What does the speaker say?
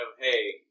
hey